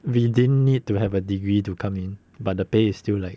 we didn't need to have a degree to come in but the pay is still like